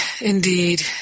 indeed